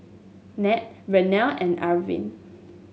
Nat Vernell and Arvin